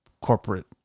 corporate